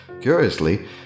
curiously